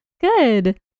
Good